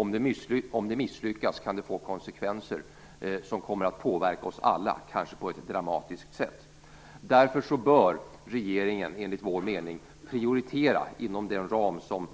Om det misslyckas kan det få konsekvenser som kommer att påverka oss alla, kanske på ett dramatiskt sätt. Därför bör regeringen inom den ram som